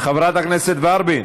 חברת הכנסת ורבין,